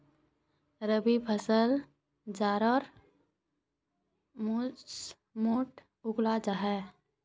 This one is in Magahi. रबी फसल जाड़ार मौसमोट उगाल जाहा